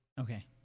Okay